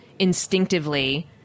Instinctively